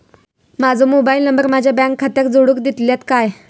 माजो mobile number माझ्या bank खात्याक जोडून दितल्यात काय?